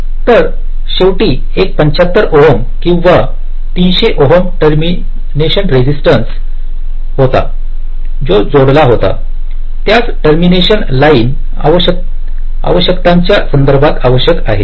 तर शेवटी एक 75 ओम किंवा 300 ओम टर्मिनेशन रेसिस्टन्स होता जो जोडलेला होता त्यास ट्रान्समिशन लाइन आवश्यकतांच्या संदर्भात आवश्यक आहे